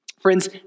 Friends